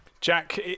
Jack